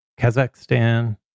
Kazakhstan